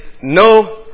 no